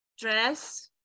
Dress